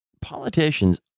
politicians